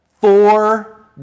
Four